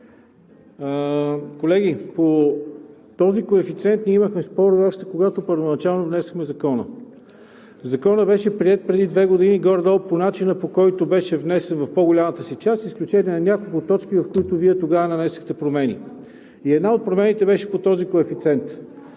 Колеги, по този коефициент ние имахме спорове, още когато първоначално внесохме Закона. Законът беше приет преди две години горе-долу по начина, по който беше внесен в по-голямата си част, с изключение на няколко точки, в които Вие тогава нанесохте промени. И една от промените беше по този коефициент.